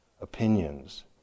opinions